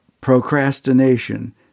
procrastination